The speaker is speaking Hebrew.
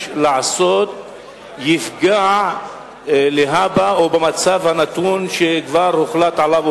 לעשות יפגע להבא או במצב הנתון שכבר הוחלט עליו,